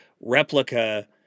replica